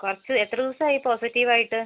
കുറച്ച് എത്ര ദിവസമായി പോസിറ്റീവ് ആയിട്ട്